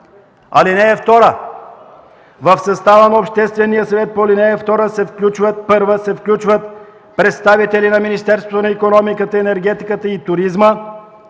„(2) В състава на Обществения съвет по ал. 1 се включват представители на Министерството на икономиката, енергетиката и туризма,